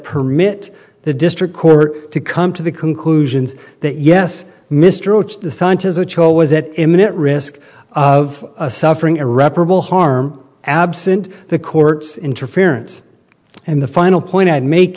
permit the district court to come to the conclusions that yes mr roach the scientists which always at imminent risk of suffering irreparable harm absent the court's interference and the final point i make